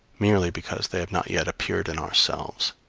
merely because they have not yet appeared in ourselves.